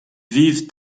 vivent